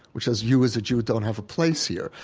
which says, you as a jew don't have a place here.